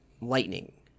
lightning